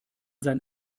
sein